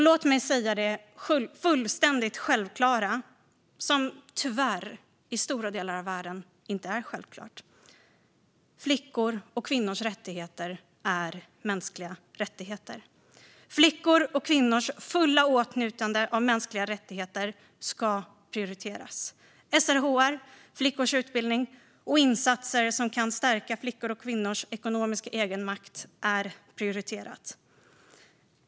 Låt mig säga det fullständigt självklara, som tyvärr i stora delar av världen inte är självklart: Flickors och kvinnors rättigheter är mänskliga rättigheter. Flickors och kvinnors fulla åtnjutande av mänskliga rättigheter ska prioriteras. SRHR, flickors utbildning och insatser som kan stärka flickors och kvinnors ekonomiska egenmakt är prioriterat.